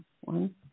One